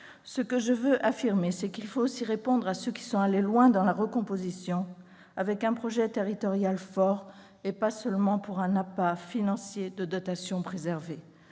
Ce que je veux affirmer, c'est qu'il faut aussi répondre à ceux qui sont allés loin dans la recomposition sur la base d'un projet territorial fort, et pas seulement attirés par l'appât financier de dotations préservées.